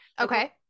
okay